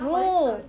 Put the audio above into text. no